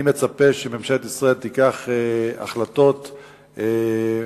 אני מצפה שממשלת ישראל תקבל החלטות מחייבות,